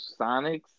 Sonics